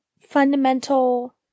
fundamental